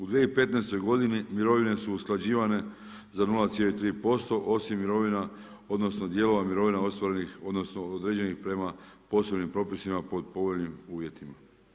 U 2015.godini mirovine su usklađivane za 0,3% osim mirovina, odnosno dijelova mirovina ostvarenih, određenih prema posebnim propisima pod povoljnim uvjetima.